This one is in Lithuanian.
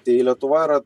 tai lietuva yra